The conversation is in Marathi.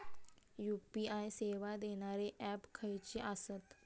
यू.पी.आय सेवा देणारे ऍप खयचे आसत?